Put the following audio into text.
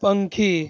પંખી